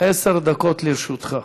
עשר דקות לרשותך.